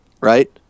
right